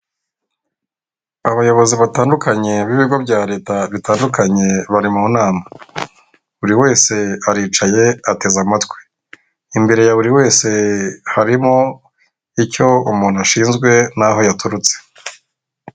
Abayobozi batandukanye b'ibigo bya leta bitandukanye bari mu nama, buri wese aricaye ateze amatwi imbere ya buri wese harimo icyo umuntu ashinzwe n'aho yaturutse.